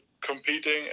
competing